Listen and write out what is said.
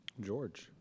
George